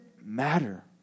matter